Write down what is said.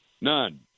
None